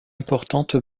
importante